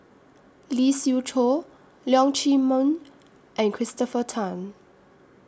Lee Siew Choh Leong Chee Mun and Christopher Tan